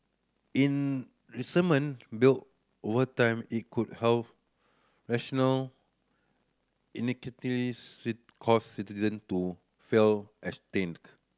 in resentment build over time it could national cause citizen to feel estranged